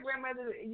grandmother